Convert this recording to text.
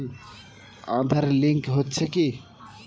Aadhaar link হচ্ছে কি?